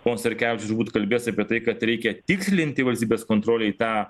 pons starkevičius turbūt kalbės apie tai kad reikia tikslinti valstybės kontrolei tą